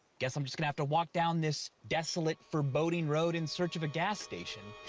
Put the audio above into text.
guess i'm just gonna have to walk down this desolate, foreboding road in search of a gas station.